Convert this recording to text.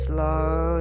Slow